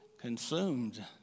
consumed